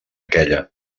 aquella